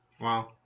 Wow